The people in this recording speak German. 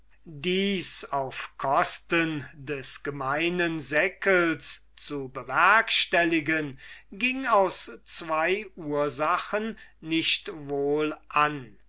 dies auf kosten des gemeinen seckels zu bewerkstelligen ging aus zwo ursachen nicht wohl an